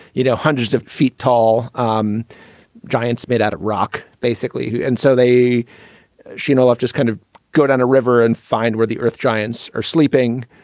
you know, hundreds of feet tall, um giant spit out a rock, basically. and so they she left just kind of go down a river and find where the earth giants are sleeping,